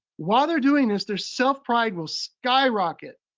while they're doing this, their self-pride will skyrocket.